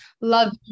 love